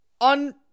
on